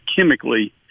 chemically